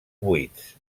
buits